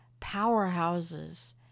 powerhouses